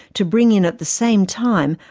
to bring in at the same time,